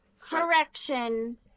Correction